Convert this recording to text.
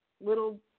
little